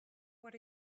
what